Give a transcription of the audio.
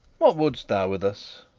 what wouldst thou with us?